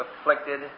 afflicted